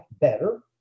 better